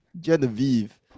Genevieve